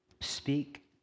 speak